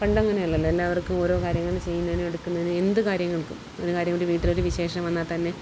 പണ്ട് അങ്ങനെ അല്ലല്ലോ എല്ലാവർക്കും ഓരോ കാര്യങ്ങൾ ചെയ്യുന്നതിനും എടുക്കുന്നതിനും എന്ത് കാര്യങ്ങൾക്കും ഒരു കാര്യം ഒരു വീട്ടിൽ ഒരു വിശേഷം വന്നാൽ തന്നെ